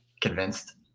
convinced